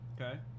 Okay